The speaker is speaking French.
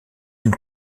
une